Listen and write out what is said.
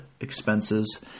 expenses